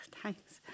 Thanks